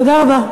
תודה רבה.